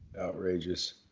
outrageous